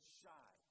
shy